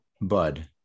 bud